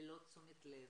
ללא תשומת לב?